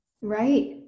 Right